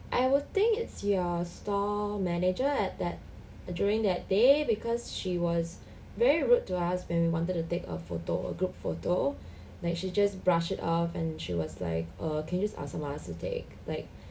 I would think it's your store manager at that during that day because she was very rude to us when we wanted to take a photo a group photo like she just brush it off and she was like err can you just ask someone else to take like